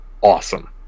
awesome